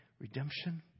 redemption